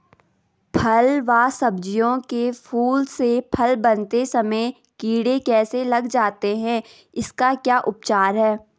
फ़ल व सब्जियों के फूल से फल बनते समय कीड़े कैसे लग जाते हैं इसका क्या उपचार है?